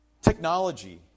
technology